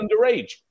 underage